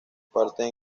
parte